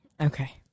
Okay